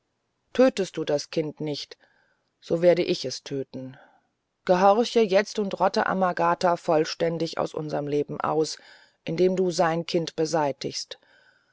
tötest du das kind nicht so werde ich es töten gehorche jetzt und rotte amagata vollständig aus unserm leben aus indem du sein kind beseitigst